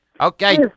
Okay